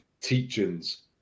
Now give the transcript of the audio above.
teachings